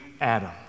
Adam